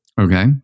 Okay